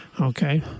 Okay